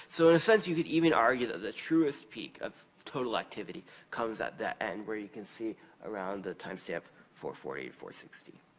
so, in a sense, you can even argue that the truest peak of total activity comes at the end, where you can see around the timestamp, four forty to four sixty.